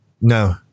No